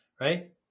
right